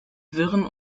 wirren